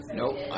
nope